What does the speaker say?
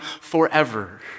forever